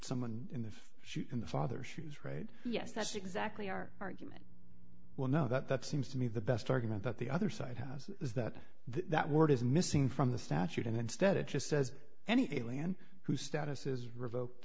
someone in the in the father's shoes right yes that's exactly our argument well now that that seems to be the best argument that the other side has is that that word is missing from the statute and instead it just said any alien who status is revoked